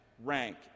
rank